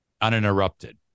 uninterrupted